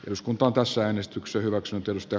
eduskunta ponsiäänestyksen hyväksytyistä